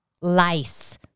Lice